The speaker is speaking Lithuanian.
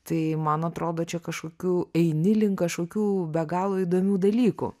tai man atrodo čia kažkokių eini link kažkokių be galo įdomių dalykų